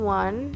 one